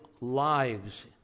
lives